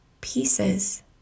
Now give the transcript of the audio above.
pieces